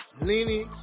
Lenny